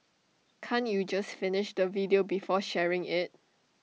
can't you just finish the video before sharing IT